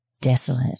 desolate